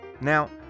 Now